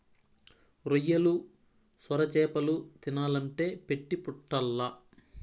రొయ్యలు, సొరచేపలు తినాలంటే పెట్టి పుట్టాల్ల